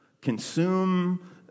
consume